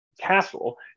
castle